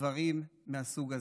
דברים מהסוג הזה.